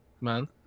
man